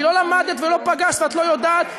כי לא למדת ולא פגשת ואת לא יודעת,